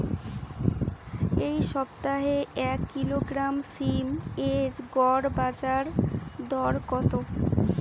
এই সপ্তাহে এক কিলোগ্রাম সীম এর গড় বাজার দর কত?